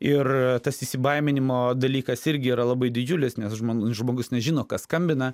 ir tas įsibaiminimo dalykas irgi yra labai didžiulis nes žmon žmogus nežino kas skambina